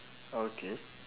okay